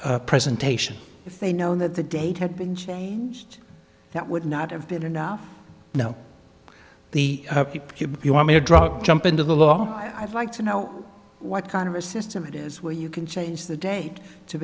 dishonor presentation if they know that the date had been changed that would not have been enough no the q b you want me to drop jump into the law i'd like to know what kind of a system it is where you can change the date to